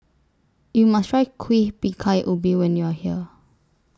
YOU must Try Kuih Bingka Ubi when YOU Are here